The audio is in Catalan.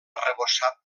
arrebossat